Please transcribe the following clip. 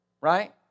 Right